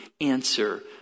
answer